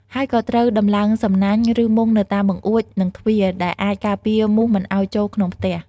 ហើយក៏ត្រូវដំឡើងសំណាញ់ ឬមុងនៅតាមបង្អួច និងទ្វារ ដែលអាចការពារមូសមិនឱ្យចូលក្នុងផ្ទះ។